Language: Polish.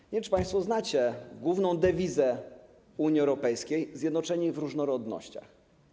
Nie wiem, czy państwo znacie główną dewizę Unii Europejskiej - zjednoczeni w różnorodnościach.